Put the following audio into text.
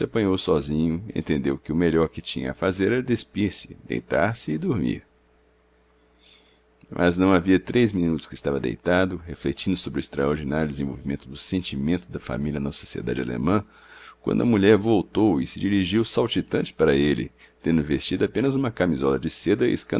apanhou sozinho entendeu que o melhor que tinha a fazer era despir-se deitar-se e dormir mas não havia três minutos que estava deitado refletindo sobre o extraordinário desenvolvimento do sentimento da família na sociedade alemã quando a mulher voltou e se dirigiu saltitante para ele tendo vestida apenas uma camisola de seda